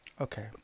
Okay